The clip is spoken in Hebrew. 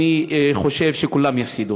אני חושב שכולם יפסידו.